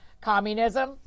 communism